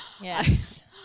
yes